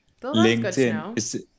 LinkedIn